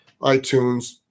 iTunes